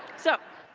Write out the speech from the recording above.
so,